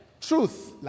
truth